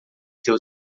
seu